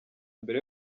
mbere